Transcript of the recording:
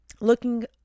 looking